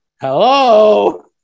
hello